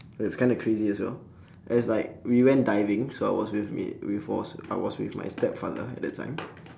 it was kind of crazy as well as like we went diving so I was with with was I was with my stepfather at that time